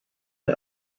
may